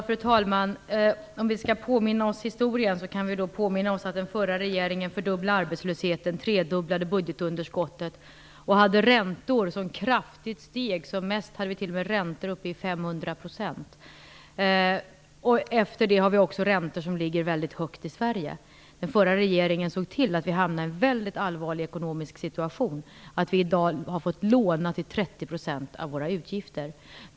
Fru talman! Om vi skall påminna oss historien så kan vi påminna oss att den förra regeringen fördubblade arbetslösheten, tredubblade budgetunderskottet och hade räntor som kraftigt steg - som mest hade vi räntor som var uppe i 500 %- och efter detta ligger räntorna i Sverige väldigt högt. Den förra regeringen såg till att vi hamnade i en väldigt allvarlig ekonomisk situation, att vi i dag har fått låna till 30 % av våra utgifter.